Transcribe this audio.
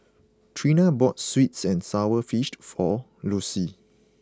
Trina bought Sweets and Sour Fished for Lossie